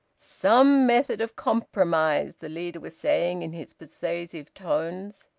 some method of compromise, the leader was saying in his persuasive tones.